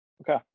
Okay